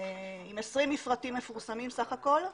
עם 20 מפרטים מפורסמים סך הכול.